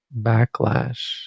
backlash